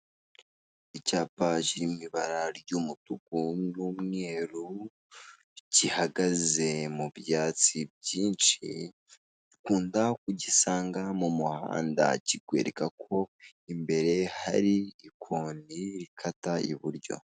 Icyapa kiri mu ibara ry'umutuku n'umweru gihagaze mu byatsi byinshi, ukunda kugisanga mu muhanda kikwereka ko imbere hari ikoni rikata iburyo.